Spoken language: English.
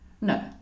No